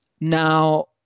Now